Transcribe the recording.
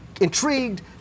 intrigued